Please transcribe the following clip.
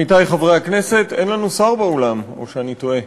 עמיתי חברי הכנסת, אין לנו שר באולם או שאני טועה?